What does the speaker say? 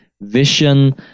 vision